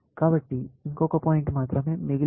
కాబట్టి ఇంకొక పాయింట్ మాత్రమే మిగిలి ఉంది